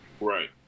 Right